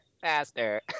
faster